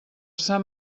sant